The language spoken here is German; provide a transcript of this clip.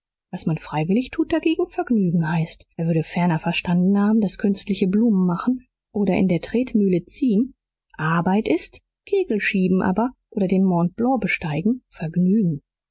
was man freiwillig tut dagegen vergnügen heißt er würde ferner verstanden haben daß künstliche blumen machen oder in der tretmühle ziehen arbeit ist kegelschieben aber oder den mont blanc besteigen vergnügen